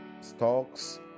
stocks